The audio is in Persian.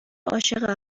عاشق